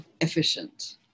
efficient